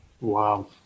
Wow